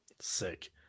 Sick